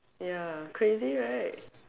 ya crazy right